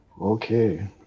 Okay